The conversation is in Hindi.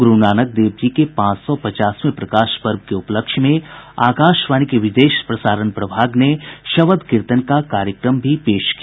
गुरूनानक देव जी के पांच सौ पचासवें प्रकाश पर्व के उपलक्ष्य में आकाशवाणी के विदेश प्रसारण प्रभाग ने शबद कीर्तन का कार्यक्रम प्रस्तुत किया